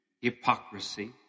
hypocrisy